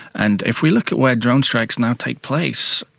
and if we look at where drone strikes now take place,